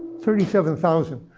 thirty seven thousand.